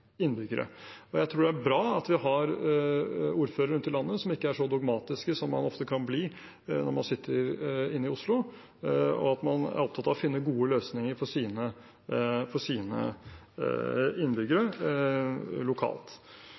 innbyggere. Jeg tror det er bra at vi har ordførere rundt i landet som ikke er så dogmatiske som man ofte kan bli når man sitter i Oslo, og at man er opptatt av å finne gode løsninger for sine innbyggere lokalt.